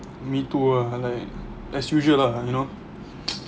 me too ah like as usual ah you know